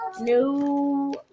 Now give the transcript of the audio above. No